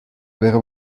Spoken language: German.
wäre